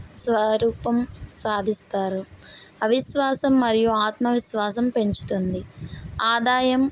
స్వరూపం సాధిస్తారు అవిశ్వాసం మరియు ఆత్మవిశ్వాసం పెంచుతుంది ఆదాయం